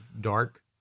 dark